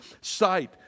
sight